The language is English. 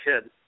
kid